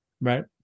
right